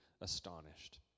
astonished